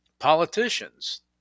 Politicians